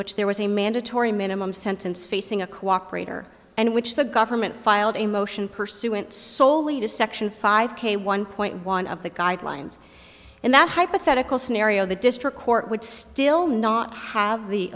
which there was a mandatory minimum sentence facing a cooperator and which the government filed a motion pursuant soley to section five k one point one of the guidelines in that hypothetical scenario the district court would still not have the